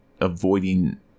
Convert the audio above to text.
avoiding